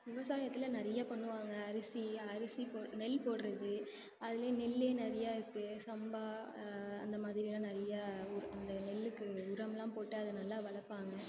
விவசாயத்தில் நிறைய பண்ணுவாங்க அரிசி அரிசி போ நெல் போடுறது அதில் நெல் நிறையா இருக்குது சம்பா அந்தமாதிரியலாம் நிறையா ஊர் அந்த நெல்லுக்கு உரம்லாம் போட்டு அதை நல்லா வளர்ப்பாங்க